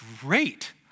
great